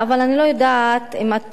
אני לא יודעת אם אתה,